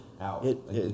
out